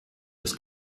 des